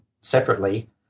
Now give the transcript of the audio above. separately